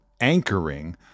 anchoring